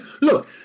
Look